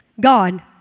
God